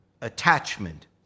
attachment